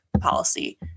policy